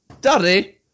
Daddy